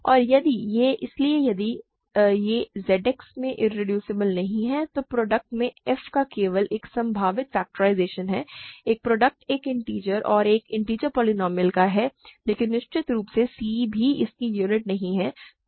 और यदि यह इसलिए यदि यह Z X में इररेदुसिबल नहीं है तो प्रॉडक्ट में f का केवल एक संभावित फ़ैक्टरिज़ेशन है एक प्रॉडक्ट एक इन्टिजर और एक इन्टिजर पोलीनोमिअल का है लेकिन निश्चित रूप से c भी आपकी यूनिट नहीं है